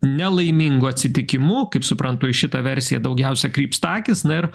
nelaimingu atsitikimu kaip suprantu į šitą versiją daugiausia krypsta akys na ir